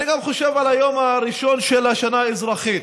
אני גם חושב על היום הראשון של השנה האזרחית.